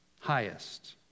highest